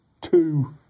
two